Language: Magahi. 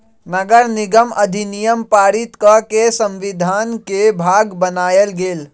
नगरनिगम अधिनियम पारित कऽ के संविधान के भाग बनायल गेल